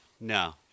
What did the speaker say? no